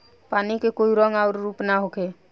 पानी के कोई रंग अउर रूप ना होखें